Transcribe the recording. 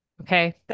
Okay